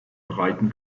breiten